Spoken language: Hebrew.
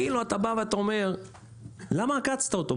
כאילו, אתה בא ואתה אומר למה עקצת אותו?